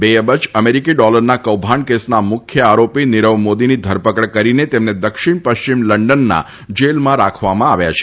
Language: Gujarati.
બે અબજ અમેરિકી ડોલરના કૌભાંડ કેસના મુખ્ય આરોપી નિરવ મોદીની ધરપકડ કરીને તેમને દક્ષિણ પશ્ચિમ લંડનના જેલમાં રાખવામાં આવ્યા છે